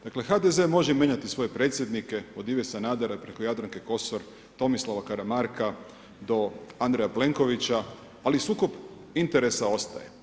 Dakle HDZ može mijenjati svoje predsjednike od Ive Sanadera, preko Jadranka Kosor, Tomislava Karamarka do Andreja Plenkovića, ali sukob interesa ostaje.